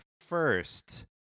first